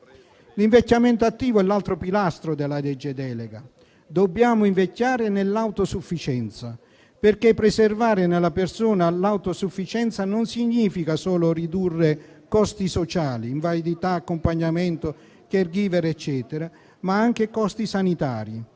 L'invecchiamento attivo è l'altro pilastro della legge delega. Dobbiamo invecchiare nell'autosufficienza, perché preservare l'autosufficienza nella persona non significa solo ridurre costi sociali, come invalidità, accompagnamento e *caregiver*, ma anche costi sanitari.